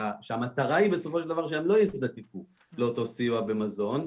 כשהמטרה בסופו של דבר שהם לא יזדקקו לאותו סיוע במזון,